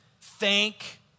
thank